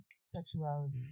sexuality